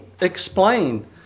explain